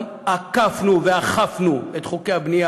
גם עקפנו וגם אכפנו את חוקי הבנייה,